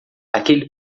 aquele